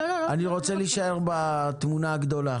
אני רוצה להישאר בתמונה הגדולה.